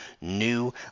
new